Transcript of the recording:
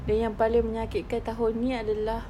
then yang paling menyakitkan tahun ini adalah